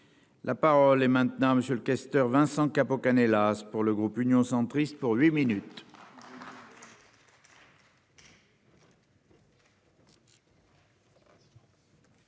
La parole est maintenant monsieur le questeur Vincent Capo Canellas. Pour le groupe Union centriste pour huit minutes.